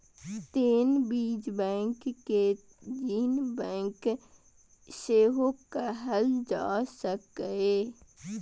तें बीज बैंक कें जीन बैंक सेहो कहल जा सकैए